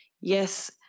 yes